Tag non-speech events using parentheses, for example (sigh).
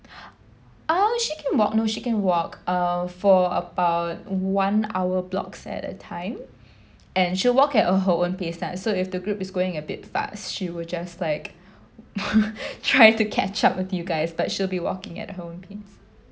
(breath) oh she can walk no she can walk uh for about one hour blocks at a time and she'll walk at her own pace lah so if the group is going a bit fast she will just like (laughs) try to catch up with you guys but she'll be walking at her own pace